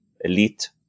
elite